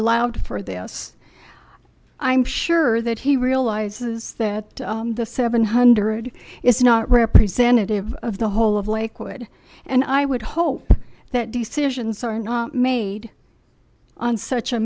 allowed for this i'm sure that he realizes that the seven hundred is not representative of the whole of lakewood and i would hope that decisions are not made on such a